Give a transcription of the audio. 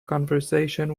conversation